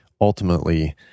ultimately